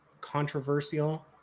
controversial